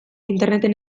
interneten